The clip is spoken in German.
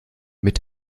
mit